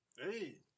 Hey